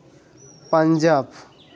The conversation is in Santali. ᱯᱟᱧᱡᱟᱵᱽ